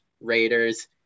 Raiders